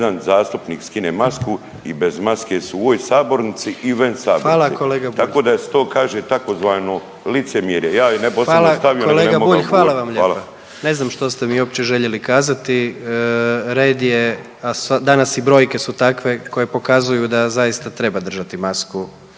hvala. **Jandroković, Gordan (HDZ)** Ne znam što ste mi uopće željeli kazati, red je, a danas i brojke su takve koje pokazuju da zaista treba držati masku.